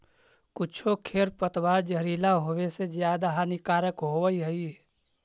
कुछो खेर पतवार जहरीला होवे से ज्यादा हानिकारक होवऽ हई